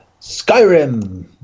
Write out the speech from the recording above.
Skyrim